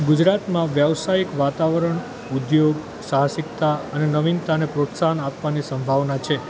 ગુજરાતમાં વ્યવસાયીક વાતાવરણ ઉદ્યોગ સાહસિકતા અને નવીનતાને પ્રોત્સાહન આપવાની સંભાવના છે